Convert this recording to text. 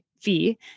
fee